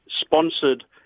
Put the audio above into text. sponsored